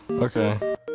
Okay